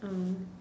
um